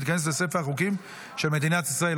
ותיכנס לספר החוקים של מדינת ישראל.